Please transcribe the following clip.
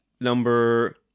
Number